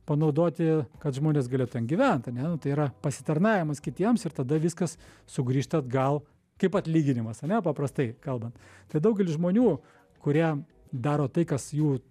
panaudoti kad žmonės galė ten gyvent ane nu tai yra pasitarnavimas kitiems ir tada viskas sugrįžta atgal kaip atlyginimas ane paprastai kalbant tai daugelis žmonių kurie daro tai kas jų